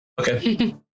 Okay